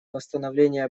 восстановления